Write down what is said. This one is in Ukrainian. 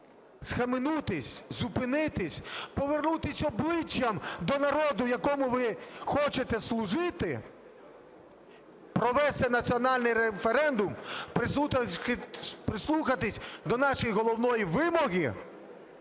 схаменутися, зупинитися, повернутися обличчям до народу, якому ви хочете служити, провести національний референдум, прислухатися до нашої головної вимоги,